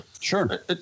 Sure